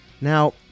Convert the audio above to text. Now